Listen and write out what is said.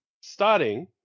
starting